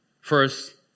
First